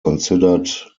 considered